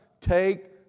take